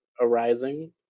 arising